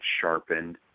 sharpened